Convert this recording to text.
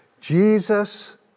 Jesus